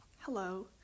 Hello